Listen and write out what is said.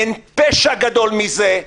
אין פשע גדול מזה,